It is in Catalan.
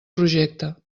projecte